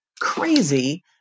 crazy